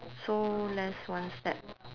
so less one step